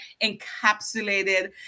encapsulated